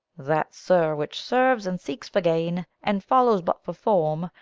that sir which serves and seeks for gain, and follows but for form,